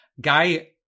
Guy